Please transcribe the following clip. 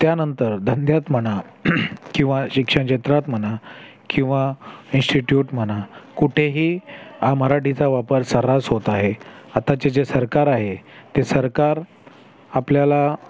त्यानंतर धंद्यात म्हणा किंवा शिक्षण क्षेत्रात म्हणा किंवा इन्स्टिट्यूट म्हणा कुठेही हा मराठीचा वापर सर्रास होत आहे आताचे जे सरकार आहे ते सरकार आपल्याला